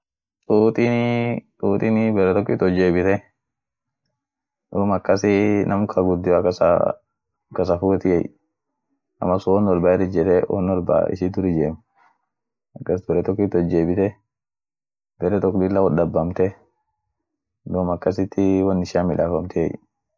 tuutinii tuutini baretokit wojebite duum akasii nam ka gudio kasaa-kasafutiey, naman sun won wolba ir hijjete won wolba issit ir hijen, akas baretokit wojebite, bare tok lilla woddabamte duum akasiiti won ishia midamfamtiey.